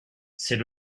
c’est